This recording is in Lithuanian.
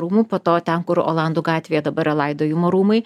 rūmų po to ten kur olandų gatvėj dabar yra laidojimo rūmai